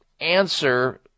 answer